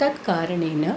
तत् कारणेन